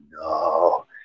no